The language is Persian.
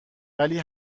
ولی